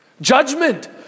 Judgment